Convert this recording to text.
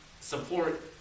support